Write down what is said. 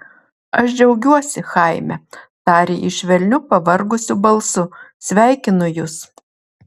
aš džiaugiuosi chaime tarė ji švelniu pavargusiu balsu sveikinu jus